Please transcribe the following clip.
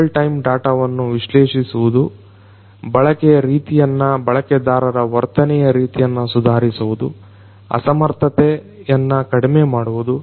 real time ಡಾಟವನ್ನ ವಿಶ್ಲೇಷಿಸುವುದು ಬಳಕೆಯ ರೀತಿಯನ್ನ ಬಳಕೆದಾರರ ವರ್ತನೆಯ ರೀತಿಯನ್ನ ಸುಧಾರಿಸುವುದು ಅಸಮರ್ಥತೆಯನ್ನ ಕಡಿಮೆ ಮಾಡುವುದು